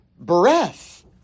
breath